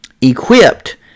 equipped